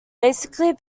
basically